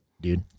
dude